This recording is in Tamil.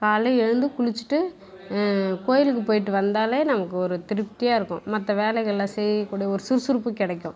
காலையில் எழுந்து குளிச்சுட்டு கோவிலுக்கு போயிட்டு வந்தால் நமக்கு ஒரு திருப்தியாக இருக்கும் மற்ற வேலைகளெல்லாம் செய்யக்கூடிய ஒரு சுறுசுறுப்பு கிடைக்கும்